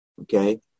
okay